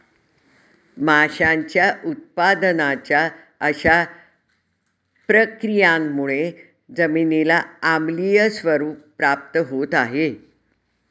माशांच्या उत्पादनाच्या अशा प्रक्रियांमुळे जमिनीला आम्लीय स्वरूप प्राप्त होत आहे